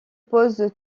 pose